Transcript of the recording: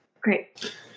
Great